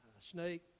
snake